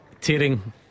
Tearing